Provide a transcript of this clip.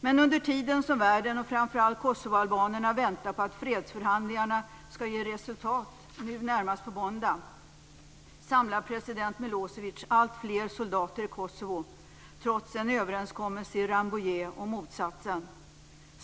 Men under tiden som världen och framför allt kosovoalbanerna väntar på att fredsförhandlingarna skall ge resultat, nu närmast på måndag, samlar president Milosevic alltfler soldater i Kosovo, trots en överenskommelse i Rambouillet om motsatsen.